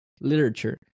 literature